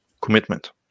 commitment